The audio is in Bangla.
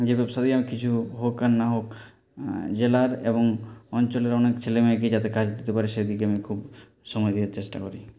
নিজের ব্যবসাতেই আমি কিছু হোক আর না হোক জেলার এবং অঞ্চলের অনেক ছেলেমেয়েকে যাতে কাজ দিতে পারি সেদিকে আমি খুব সময় দেওয়ার চেষ্টা করি